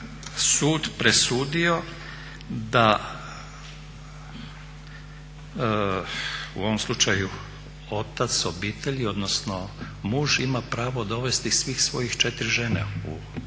sud presudio da u ovom slučaju otac obitelji, odnosno muž ima pravo dovesti svih svojih 4 žene u Švicarsku.